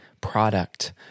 product